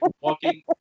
walking